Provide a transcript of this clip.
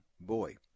boy